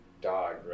dog